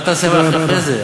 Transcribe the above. מה תעשה אחרי זה?